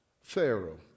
Pharaoh